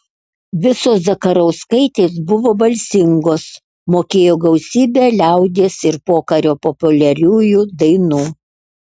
visos zakarauskaitės buvo balsingos mokėjo gausybę liaudies ir pokario populiariųjų dainų